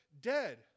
dead